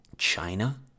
China